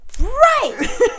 Right